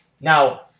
Now